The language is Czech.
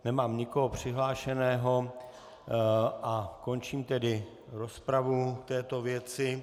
Nemám nikoho přihlášeného, končím tedy rozpravu této věci.